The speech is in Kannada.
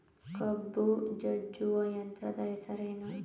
ಕಬ್ಬು ಜಜ್ಜುವ ಯಂತ್ರದ ಹೆಸರೇನು?